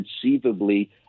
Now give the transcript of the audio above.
conceivably